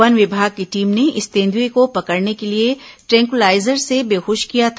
one विभाग की team ने इस तेंदुएं को पकड़ने के लिए ट्रेन्कुलाइजर से बेहोश किया था